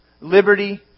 liberty